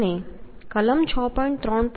અને કલમ 6